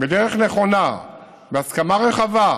בדרך נכונה, בהסכמה רחבה,